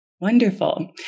Wonderful